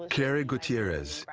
caheri gutierrez,